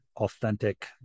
authentic